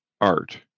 art